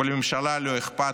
ולממשלה לא אכפת.